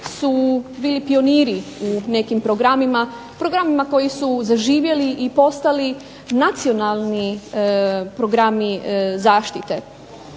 su bili pioniri u nekim programima, programima koji su zaživjeli i postali nacionalni programi zaštite.